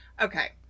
Okay